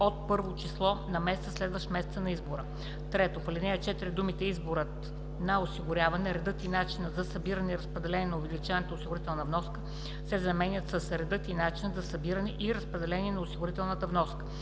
от първо число на месеца, следващ месеца на избора.“ 1. В ал. 4 думите „Изборът на осигуряване, редът и начинът за събиране и разпределение на увеличената осигурителна вноска“ се заменят с „Редът и начинът за събиране, и разпределение на осигурителната вноска“.